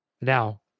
Now